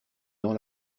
dans